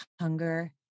hunger